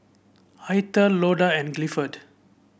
Eithel Loda and Gifford